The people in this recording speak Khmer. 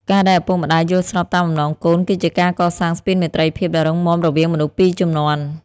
ការដែលឪពុកម្ដាយយល់ស្របតាមបំណងកូន គឺជាការកសាងស្ពានមេត្រីភាពដ៏រឹងមាំរវាងមនុស្សពីរជំនាន់។